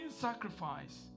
sacrifice